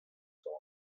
song